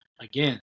again